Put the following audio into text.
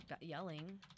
yelling